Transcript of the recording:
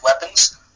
weapons